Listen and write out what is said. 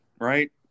right